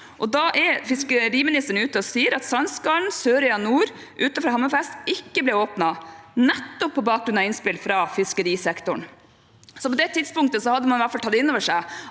altså fiskeriministeren ute og sa at «Sandskallen–Sørøya Nord utenfor Hammerfest ikke ble åpnet – nettopp på bakgrunn av innspill fra fiskerisektoren». På det tidspunktet hadde man i hvert fall tatt